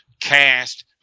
cast